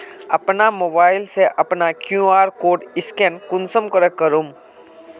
अपना मोबाईल से अपना कियु.आर कोड स्कैन कुंसम करे करूम?